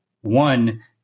One